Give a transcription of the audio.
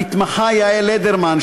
למתמחה יעל לדרמן,